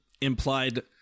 implied